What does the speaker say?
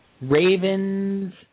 Ravens